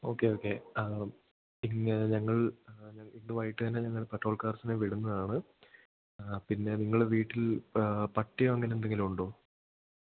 okay okay ഇങ്ങനെ ഞങ്ങൾ ഇന്ന് വൈകിട്ട് തന്നെ ഞങ്ങൾ പെട്രോൾ കാർസിനെ വിടുന്നതാണ് പിന്നെ നിങ്ങളെ വീട്ടിൽ പട്ടിയോ അങ്ങനെന്തെങ്കിലും ഉണ്ടോ